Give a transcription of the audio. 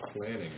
planning